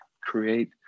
create